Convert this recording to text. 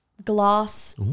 Glass